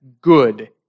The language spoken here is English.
good